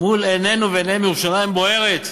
מול עינינו ועיניהם ירושלים בוערת.